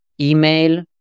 email